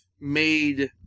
made